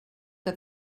que